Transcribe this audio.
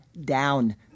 down